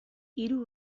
hiru